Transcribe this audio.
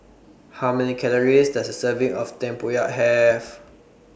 How Many Calories Does A Serving of Tempoyak Have